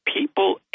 people –